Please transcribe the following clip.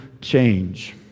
change